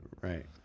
Right